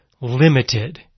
limited